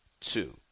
Two